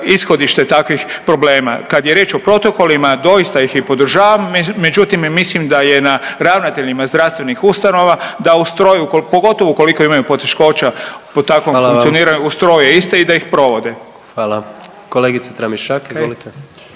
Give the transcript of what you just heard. ishodište takvih problema. Kad je riječ o protokolima, doista ih i podržavam, međutim, mislim da je na ravnateljima zdravstvenih ustanova da ustroju, pogotovo ukoliko imaju poteškoća, po takovom funkcioniranju, ustroje iste i da ih provode. **Jandroković, Gordan